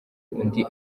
undi